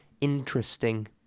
interesting